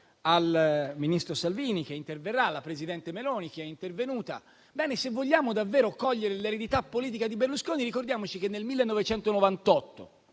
al ministro Salvini, che interverrà, e al presidente del Consiglio Meloni, che è intervenuta - se vogliamo davvero cogliere l'eredità politica di Berlusconi ricordiamoci che nel 1998,